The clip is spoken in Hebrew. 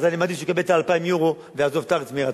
אז אני מעדיף שהוא יקבל את ה-2,000 יורו ויעזוב את הארץ מרצון.